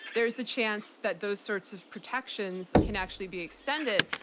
there's a chance that those sorts of protections can actually be extended,